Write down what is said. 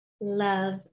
love